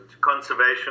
conservation